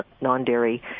non-dairy